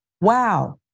Wow